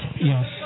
Yes